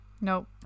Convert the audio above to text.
Nope